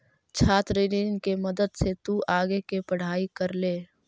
छात्र ऋण के मदद से तु आगे के पढ़ाई कर ले